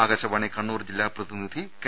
ആകാശവാണി കണ്ണൂർ ജില്ലാ പ്രതിനിധി കെ